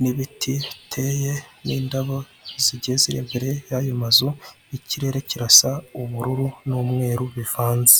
n'ibiti biteye, n'indabo zigeze imbere y'ayo mazu, ikirere kirasa ubururu n'umweru bivanze.